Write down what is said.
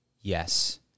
Yes